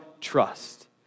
trust